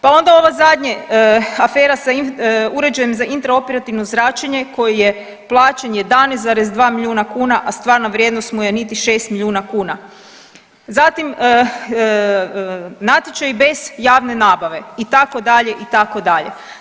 Pa onda ovo zadnje, afera sa uređajem za intraoperativno zračenje koji je plaćen 11,2 milijuna kuna, a stvarna vrijednost mu je niti 6 milijuna kuna, zatim natječaji bez javne nabave itd., itd.